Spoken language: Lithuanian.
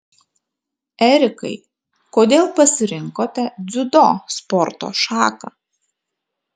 erikai kodėl pasirinkote dziudo sporto šaką